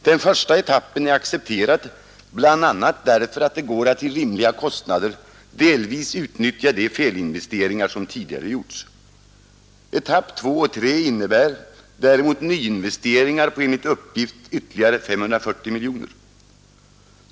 Den första etappen är accepterad bl.a. därför att det går att till rimliga kostnader delvis utnyttja de felinvesteringar som tidigare gjorts. Etapperna 2 och 3 innebär däremot nyinvesteringar på enligt uppgift ytterligare 540 Nr 129 miljoner.